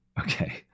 Okay